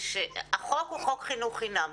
החוק הוא חוק חינוך חינם,